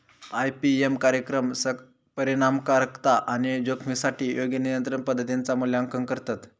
IPM कार्यक्रम परिणामकारकता आणि जोखमीसाठी योग्य नियंत्रण पद्धतींचा मूल्यांकन करतत